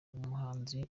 umuhanzi